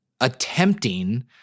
attempting